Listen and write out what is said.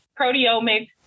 proteomics